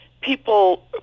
people